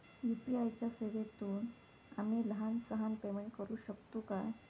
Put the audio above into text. UPI च्या सेवेतून आम्ही लहान सहान पेमेंट करू शकतू काय?